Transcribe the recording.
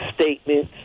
statements